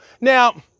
Now